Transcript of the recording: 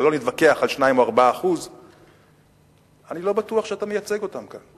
אבל לא נתווכח על 2% או 4% אני לא בטוח שאתה מייצג אותם כאן.